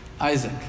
Isaac